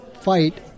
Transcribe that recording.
fight